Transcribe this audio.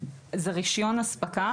זה רישיון הספקה,